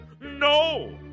No